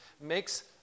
makes